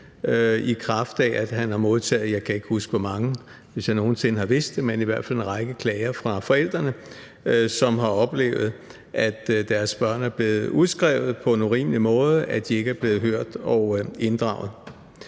i kraft af at han har modtaget en række klager – jeg kan ikke huske hvor mange, hvis jeg nogen sinde har vidst det – fra forældre, som har oplevet, at deres børn er blevet udskrevet på en urimelig måde, og at de ikke er blevet hørt og inddraget.